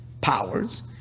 powers